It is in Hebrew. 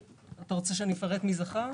אתה רוצה שאני אפרט מי זכה?